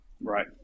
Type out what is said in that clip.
Right